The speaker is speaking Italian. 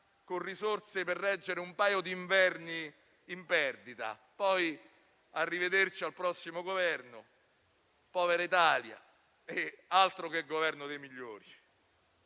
con risorse per reggere un paio di inverni in perdita; poi arrivederci al prossimo Governo. Povera Italia. Altro che Governo dei migliori!